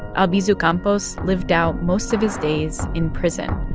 albizu campos lived out most of his days in prison.